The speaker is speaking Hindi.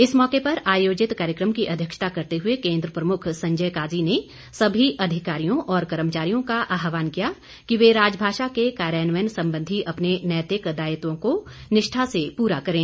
इस मौके पर आयोजित कार्यक्रम की अध्यक्षता करते हुए केन्द्र प्रमुख संजय काजी ने सभी अधिकारियों और कर्मचारियों का आह्वान किया कि वे राजभाषा के कार्यान्वयन संबंधी अपने नैतिक दायित्वों को निष्ठा से पूरा करें